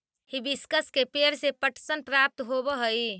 hibiscus के पेंड़ से पटसन प्राप्त होव हई